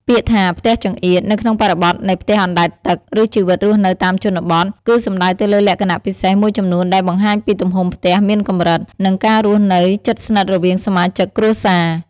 ពាក្យថា "ផ្ទះចង្អៀត" នៅក្នុងបរិបទនៃផ្ទះអណ្ដែតទឹក ឬជីវិតរស់នៅតាមជនបទ គឺសំដៅទៅលើលក្ខណៈពិសេសមួយចំនួនដែលបង្ហាញពីទំហំផ្ទះមានកម្រិត និងការរស់នៅជិតស្និទ្ធរវាងសមាជិកគ្រួសារ។